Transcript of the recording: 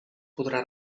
podrà